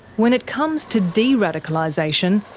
when it comes to de-radicalisation,